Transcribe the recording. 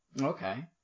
Okay